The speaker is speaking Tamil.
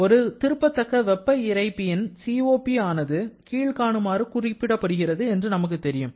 ஒரு திருப்பத்தக்க வெப்ப இறைப்பியின் COP ஆனது கீழ்காணுமாறு குறிக்கப்படுகிறது என்று நமக்கு தெரியும்